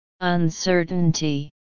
Uncertainty